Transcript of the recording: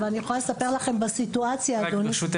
אבל אני יכולה לספר לכם בסיטואציה --- ברשותך,